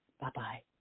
Bye-bye